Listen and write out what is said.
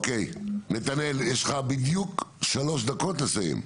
אוקיי, נתנאל יש לך בדיוק שלוש דקות לסיים.